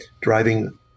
driving